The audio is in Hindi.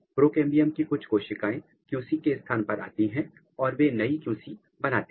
प्रोकेंबियम की कुछ कोशिकाएं QC के स्थान पर आती हैं और वे नई QC बनाती हैं